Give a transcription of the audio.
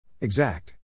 Exact